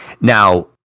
Now